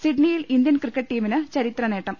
സിഡ്നിയിൽ Indian cricket ടീമിന് ചരിത്രനേട്ടം